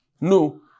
No